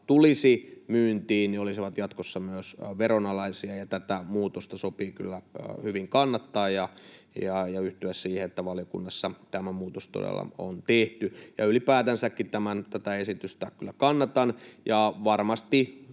tulisi myyntiin, olisivat veronalaisia. Tätä muutosta sopii hyvin kannattaa ja yhtyä siihen, että valiokunnassa tämä muutos todella on tehty, ja ylipäätänsäkin tätä esitystä kyllä kannatan. Varmasti